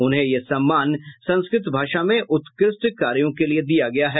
उन्हें यह सम्मान संस्कृत भाषा में उत्कृष्ट कार्यों के लिये दिया गया है